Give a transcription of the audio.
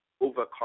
overcome